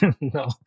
No